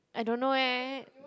I don't know eh